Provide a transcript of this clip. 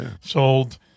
sold